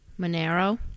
monero